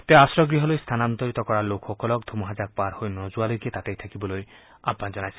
তেওঁ আশ্ৰয় গৃহলৈ স্থানান্তৰিত কৰা লোকসকলৰ ধুমুহাজাক পাৰ হৈ নোযোৱালৈকে তাতেই থাকিবলৈ আহবান জনাইছে